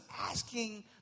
asking